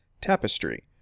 Tapestry